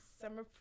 summer